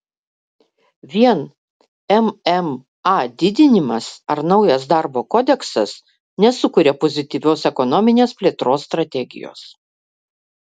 vien mma didinimas ar naujas darbo kodeksas nesukuria pozityvios ekonominės plėtros strategijos